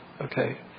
Okay